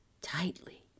tightly